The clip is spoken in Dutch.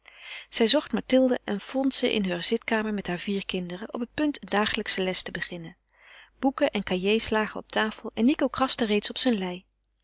zij zocht mathilde en vond ze in heure zitkamer met hare vier kinderen op het punt een dagelijksche les te beginnen boeken en cahiers lagen op tafel en nico kraste reeds op zijn lei